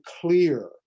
clear